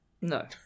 no